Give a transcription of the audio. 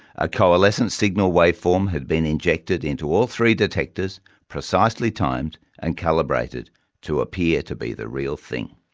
a coalescence signal waveform had been injected into all three detectors, precisely timed and calibrated to appear to be the real thing.